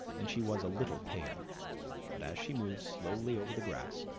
and she was a little pale but as she moved slowly over the grass,